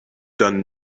done